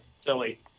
Silly